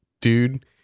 dude